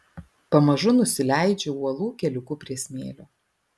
pamažu nusileidžiu uolų keliuku prie smėlio